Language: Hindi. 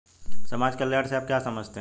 समाज कल्याण से आप क्या समझते हैं?